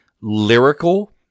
lyrical